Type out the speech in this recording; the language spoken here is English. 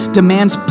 demands